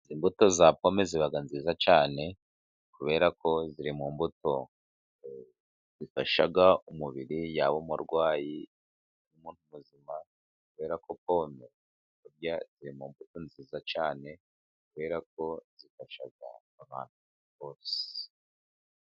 Imbuto za pome ziba nziza cyane kubera ko ziri mu mbuto zifasha umubiri. Yaba umurwayi, n'umuntu muzima, kubera ko pome buriya iri mu mbuto nziza cyane kubera ko zifasha abantu bose.